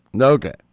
Okay